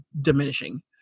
diminishing